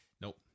Nope